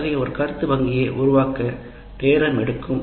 அத்தகைய ஒரு உருப்படி வங்கியை உருவாக்க நேரம் எடுக்கும்